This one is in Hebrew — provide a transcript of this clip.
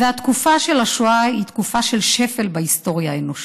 התקופה של השואה היא תקופה של שפל בהיסטוריה האנושית,